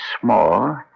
small